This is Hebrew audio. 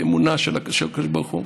באמונה שהקדוש ברוך הוא,